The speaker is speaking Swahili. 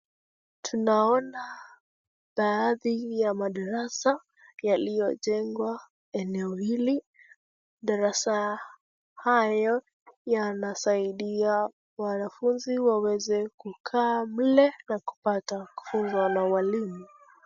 Tunaona baadhi ya madarasa yaliyojengwa eneo hili, darasa hayo yanasaidia wanafunzi waweze kukaa mle na kupata kufunzwa na walimu.